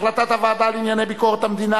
החלטת הוועדה לענייני ביקורת המדינה,